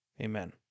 Amen